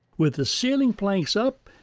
with the ceiling planks up,